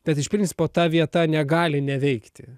bet iš principo ta vieta negali neveikti